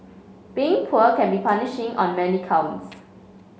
being poor can be punishing on many counts